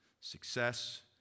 success